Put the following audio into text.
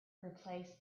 replace